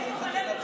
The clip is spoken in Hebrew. יש פה מלא שמפטפטים,